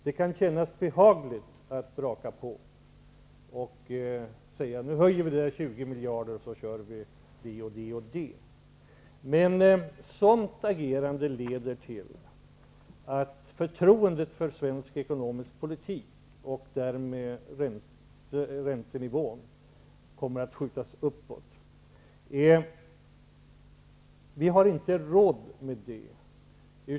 Det kan kännas behagligt att braka på och säga: ''Nu höjer vi med 20 miljarder, och så kör det och det.'' Men sådant agerande leder till att förtroendet för svensk ekonomisk politik minskar och att därmed räntenivån kommer att skjutas uppåt. Vi har inte råd med det.